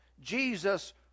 Jesus